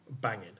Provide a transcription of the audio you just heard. banging